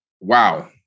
wow